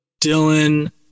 Dylan